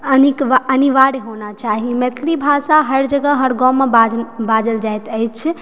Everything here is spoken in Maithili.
अनिक अनिवार्य होना चाही मैथिली भाषा हर जगह हर गाँवमे बाजल जायत अछि